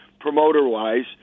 promoter-wise